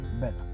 better